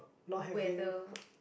weather